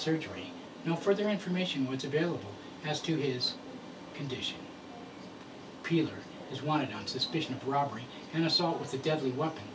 surgery no further information was available as to his condition is wanted on suspicion of robbery and assault with a deadly weapon